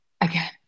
again